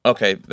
Okay